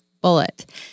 bullet